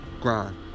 Grind